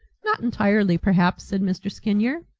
not entirely, perhaps, said mr. skinyer.